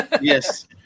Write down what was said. Yes